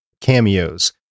cameos